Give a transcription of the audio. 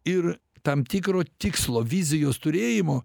ir tam tikro tikslo vizijos turėjimo